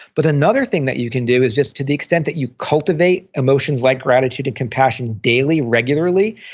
but another thing that you can do is just to the extent that you cultivate emotions like gratitude and compassion daily regularly,